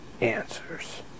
answers